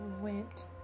went